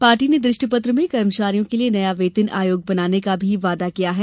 party ने दृष्टिपत्र में कर्मचारियों के लिए नया वेतन आयोग बनाने का वादा भी किया है